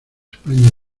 españa